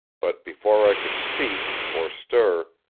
but before i could speak, or stir,